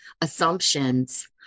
assumptions